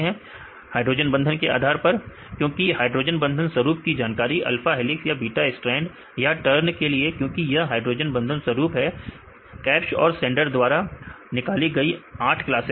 विद्यार्थी हाइड्रोजन बंधन के आधार पर हाइड्रोजन बंधन के आधार पर सही है क्योंकि हाइड्रोजन बंधन स्वरूप की जानकारी है अल्फा हेलिक्स या बीटा स्ट्रैंड या टर्न के लिए क्योंकि यह हाइड्रोजन बंधन स्वरूप है Kabsch और सेंडर द्वारा निकाली गई 8 क्लास